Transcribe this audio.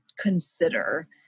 consider